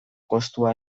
kostua